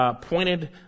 pointed